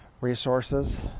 resources